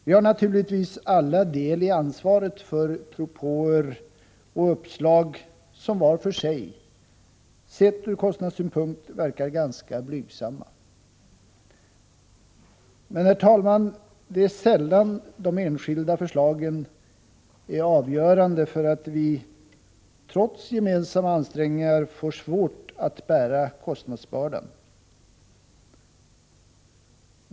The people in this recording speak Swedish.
Vi har naturligtvis alla del i ansvaret för propåer och uppslag som var för sig, sett ur kostnadssynpunkt, verkar ganska blygsamma. Men, herr talman, det är sällan de enskilda förslagen som är avgörande för att vi, trots gemensamma ansträngningar, får svårt att bära kostnadsbördan.